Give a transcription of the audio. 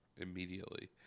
immediately